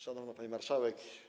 Szanowna Pani Marszałek!